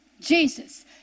Jesus